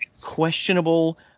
questionable –